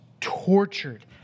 tortured